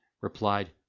replied